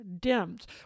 dims